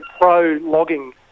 pro-logging